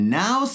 now